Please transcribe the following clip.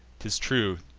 t is true,